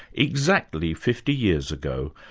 exactly fifty years ago,